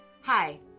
Hi